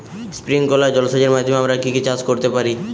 Sprinkler জলসেচের মাধ্যমে আমরা কি কি চাষ করতে পারি?